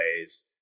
ways